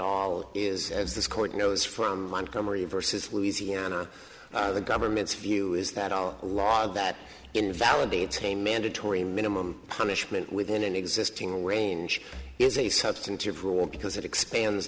all is as this court knows from montgomery versus louisiana the government's view is that all law that invalidates a mandatory minimum punishment within an existing range is a substantive rule because it expands